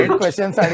questions